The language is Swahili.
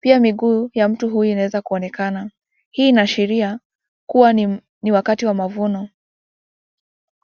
pia miguu ya mtu huyu ina weza kuonekana, hii ina ashiria kuwa ni wakati wa mavuno.